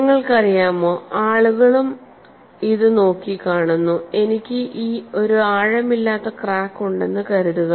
നിങ്ങൾക്കറിയാമോ ആളുകളും ഇതും നോക്കിക്കാണുന്നു എനിക്ക് ഒരു ആഴമില്ലാത്ത ക്രാക്ക് ഉണ്ടെന്ന് കരുതുക